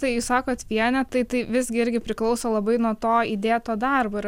tai jūs sakot vienetai tai visgi irgi priklauso labai nuo to įdėto darbo ir